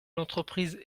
l’entreprise